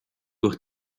durch